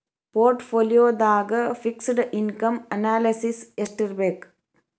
ಪೊರ್ಟ್ ಪೋಲಿಯೊದಾಗ fixed income analysis ಯೆಸ್ಟಿರ್ಬಕ್?